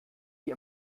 wir